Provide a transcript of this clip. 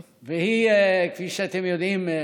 והיא, כפי שאתם יודעים,